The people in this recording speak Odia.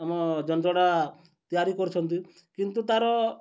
ଆମ ତିଆରି କରୁଛନ୍ତି କିନ୍ତୁ ତା'ର